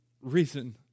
reason